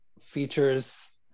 features